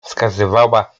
wskazywała